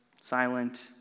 silent